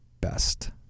best